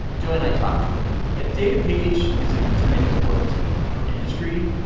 joe and i talked to him yeah, david page is an attorney that's worked for industry.